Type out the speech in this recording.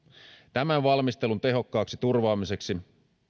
tämän valmistelun tehokkaaksi turvaamiseksi